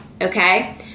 okay